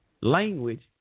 language